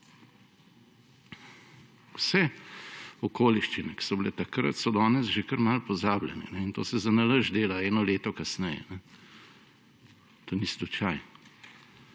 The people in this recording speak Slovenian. Vse okoliščine, ki so bile takrat, so danes že kar malo pozabljene. To se zanalašč dela eno leto kasneje, to ni slučaj.